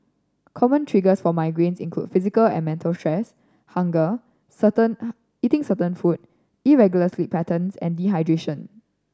common triggers for migraines include physical and mental stress hunger certain eating certain food irregular sleep patterns and dehydration